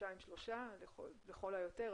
כחודשיים-שלושה לכל היותר,